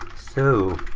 so.